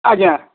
ଆଜ୍ଞା